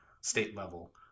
state-level